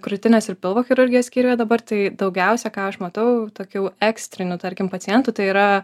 krūtinės ir pilvo chirurgijos skyriuje dabar tai daugiausiai ką aš matau tokių ekstrinių tarkim pacientų tai yra